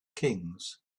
kings